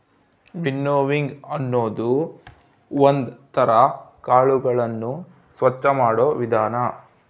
winnowing ಅನ್ನೋದು ಒಂದ್ ತರ ಕಾಳುಗಳನ್ನು ಸ್ವಚ್ಚ ಮಾಡೋ ವಿಧಾನ